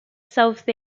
south